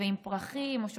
ועם פרחים או שוקולדים,